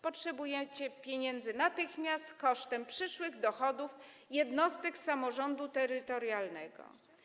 Potrzebujecie pieniędzy natychmiast kosztem przyszłych dochodów jednostek samorządu terytorialnego.